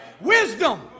wisdom